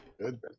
Good